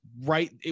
right